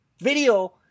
video